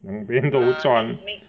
两边都赚